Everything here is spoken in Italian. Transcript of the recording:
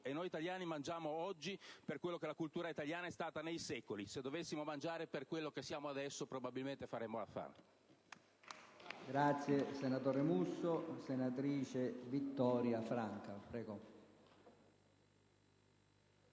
e noi italiani mangiamo oggi per quello che la cultura italiana è stata nei secoli, ma, se dovessimo mangiare per quello che siamo adesso, probabilmente faremmo la fame.